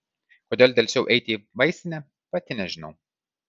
kodėl delsiau eiti į vaistinę pati nežinau